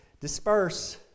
disperse